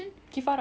ya